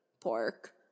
pork